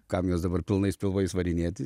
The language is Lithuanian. kam juos dabar pilnais pilvais varinėti